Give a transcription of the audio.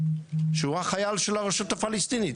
שהוא החייל של הרשות הפלסטינית,